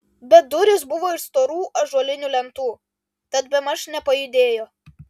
bet durys buvo iš storų ąžuolinių lentų tad bemaž nepajudėjo